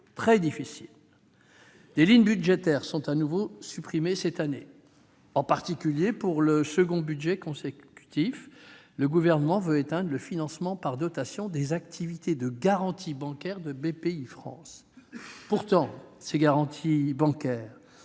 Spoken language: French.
très difficile. Des lignes budgétaires sont de nouveau supprimées cette année. En particulier, pour le deuxième budget consécutif, le Gouvernement veut éteindre le financement par dotation des activités de garantie bancaire de Bpifrance. Pourtant, celles-ci sont